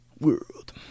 World